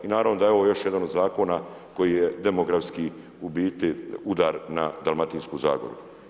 I naravno da je ovo još jedan od zakona koji je demografski u biti udar na Dalmatinsku zagoru.